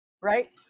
right